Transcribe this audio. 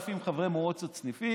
6,000 חברי מועצות סניפים,